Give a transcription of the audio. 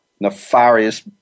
nefarious